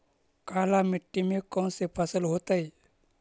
काला मिट्टी में कौन से फसल होतै?